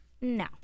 No